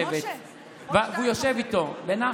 והוא יושב איתו בנחת.